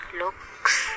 looks